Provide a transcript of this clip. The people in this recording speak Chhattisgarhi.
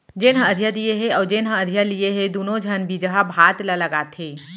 जेन ह अधिया दिये हे अउ जेन ह अधिया लिये हे दुनों झन बिजहा भात ल लगाथें